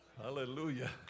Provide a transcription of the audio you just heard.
Hallelujah